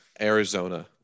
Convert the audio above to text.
arizona